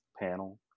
panel